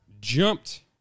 jumped